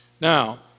Now